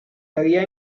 había